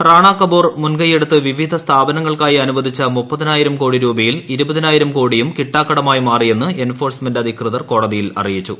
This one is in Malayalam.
റാണാ കപൂർ മുൻകയ്യെടുത്ത്പ്പിവിധ സ്ഥാപനങ്ങൾക്കായി അനുവദിച്ച മുപ്പതിനായിർപ്പ് കോടി രൂപയിൽ ഇരുപതിനായിരം കോടിയും കിട്ടാക്കടമായി മാറിയെന്ന് എൻഫോഴ്സ്മെന്റ് അധികൃതർ കോടതിയിൽ അറിയിച്ചു